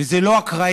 וזה לא אקראי.